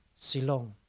silong